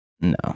No